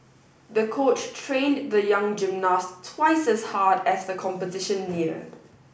the coach trained the young gymnast twice as hard as the competition neared